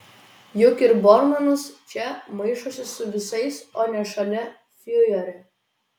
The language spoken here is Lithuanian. juk ir bormanas čia maišosi su visais o ne šalia fiurerio